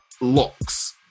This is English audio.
looks